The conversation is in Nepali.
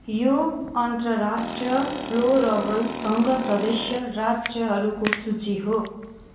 यो अन्तर्राष्ट्रिय फ्लोरबल सङ्घ सदस्य राष्ट्रहरूको सूची हो